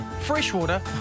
Freshwater